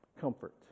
comfort